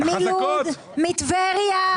מלוד, מטבריה.